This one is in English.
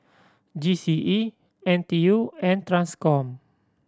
G C E N T U and Transcom